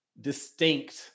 distinct